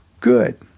good